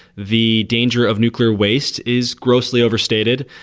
the danger of nuclear waste is grossly overstated.